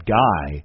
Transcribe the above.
guy